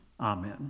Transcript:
amen